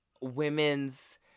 women's